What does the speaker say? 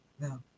no